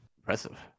Impressive